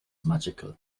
magical